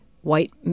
white